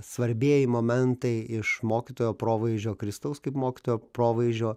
svarbieji momentai iš mokytojo provaizdžio kristaus kaip mokytojo provaizdžio